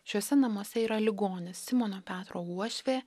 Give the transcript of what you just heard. šiuose namuose yra ligonė simono petro uošvė